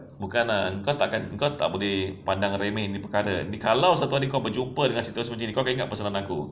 bukan ah kau tak akan kau tak boleh pandang remeh ni perkara kalau satu hari kau berjumpa dengan si girls macam gini kau ingat pesanan aku